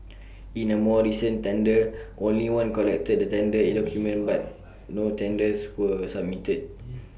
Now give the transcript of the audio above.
in A more recent tender only one collected the tender document but no tenders were submitted